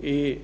i